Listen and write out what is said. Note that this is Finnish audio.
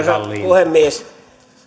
puhemies